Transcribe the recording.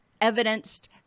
evidenced